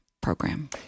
program